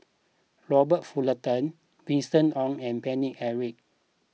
Robert Fullerton Winston Oh and Paine Eric